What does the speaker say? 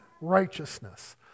righteousness